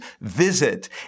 visit